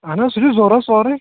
اہَن حظ سُہ چھُ ضروٗرت سورُے